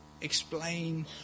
explain